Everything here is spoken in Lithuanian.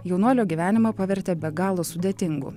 jaunuolio gyvenimą pavertė be galo sudėtingu